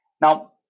Now